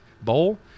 bowl